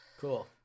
Cool